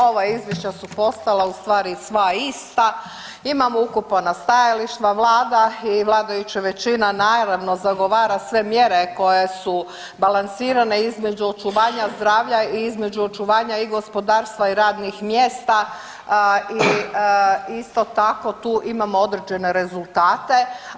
Ova izvješća su postala u stvari sva ista, imamo ukopana stajališta vlada i vladajuće većine, a naravno zagovara sve mjere koje su balansirane između očuvanja zdravlja i između očuvanja i gospodarstva i radnih mjesta i isto tako tu imamo određene rezultate.